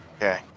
okay